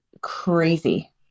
crazy